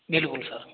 बिल्कुल सर